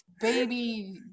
baby